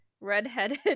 redheaded